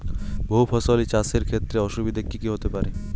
বহু ফসলী চাষ এর ক্ষেত্রে অসুবিধে কী কী হতে পারে?